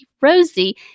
Rosie